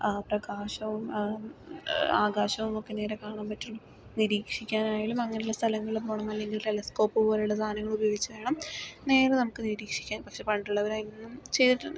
ആ പ്രകാശവും ആകാശവും ഒക്കെ നേരെ കാണാൻ പറ്റുള്ളൂ നിരീക്ഷിക്കാനായാലും അങ്ങനെയുള്ള സ്ഥലങ്ങളില് പോകണം അല്ലെങ്കിൽ ടെലിസ്കോപ്പ് പോലെയുള്ള സാധനങ്ങൾ ഉപയോഗിച്ച് വേണം നേരെ നമുക്ക് നിരീക്ഷിക്കാൻ പക്ഷെ പണ്ടുള്ളവരെന്നും ചെയ്തിട്ടുണ്ട്